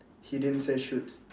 he didn't say shoot